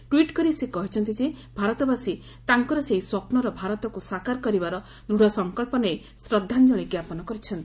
tweet କରି ସେ କହିଛନ୍ତି ଯେ ଭାରତବାସୀ ତାଙ୍କର ସେହି ସ୍ୱପ୍ନର ଭାରତକୁ ସାକାର କରିବାର ଦୂଢ଼ ସଂକଳ୍ପ ନେଇ ଶ୍ରଦ୍ଧାଞ୍ଜଳି ଜ୍ଞାପନ କରିଛନ୍ତି